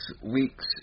week's